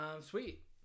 Sweet